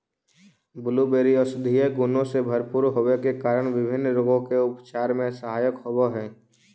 blueberry औषधीय गुणों से भरपूर होवे के कारण विभिन्न रोगों के उपचार में सहायक होव हई